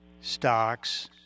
stocks